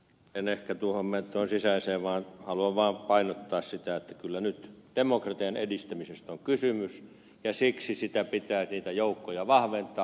en ehkä mene tuohon sisäiseen vaan haluan painottaa sitä että kyllä nyt demokratian edistämisestä on kysymys ja siksi niitä joukkoja pitää vahventaa